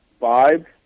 five